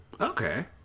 Okay